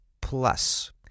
Plus